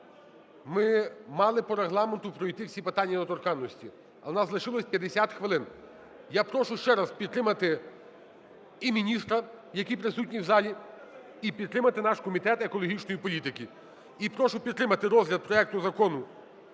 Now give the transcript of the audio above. ми мали по Регламенту пройти всі питання недоторканності, але у нас лишилось 50 хвилин. Я прошу ще раз підтримати і міністра, який присутній в залі, і підтримати наш Комітет екологічної політики. І прошу підтримати розгляд проекту Закону